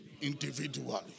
Individually